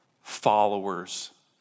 followers